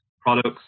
products